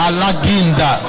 Alaginda